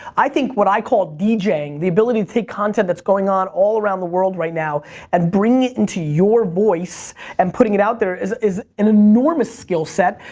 i think what i call djing, the ability to take content that's going on all around the world right now and bring it into your voice and putting it out there is is an enormous skill set.